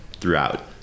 throughout